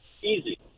easy